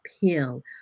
pill